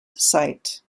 site